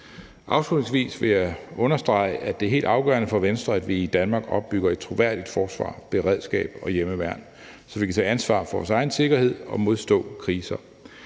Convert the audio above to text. Afslutningsvis vil jeg understrege, at det er helt afgørende for Venstre, at vi i Danmark opbygger et troværdigt forsvar, beredskab og hjemmeværn, så vi kan tage ansvar for vores egen sikkerhed og modstå kriser.